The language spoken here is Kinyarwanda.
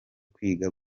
kwiga